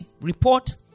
report